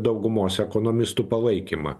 daugumos ekonomistų palaikymą